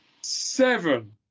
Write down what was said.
seven